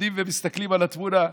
עומדים ומסתכלים על התמונה.